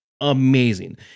amazing